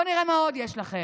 בואו נראה, מה עוד יש לכם?